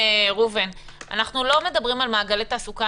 אנחנו לא מדברים על "מעגלי תעסוקה".